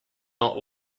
not